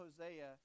Hosea